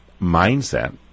mindset